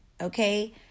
okay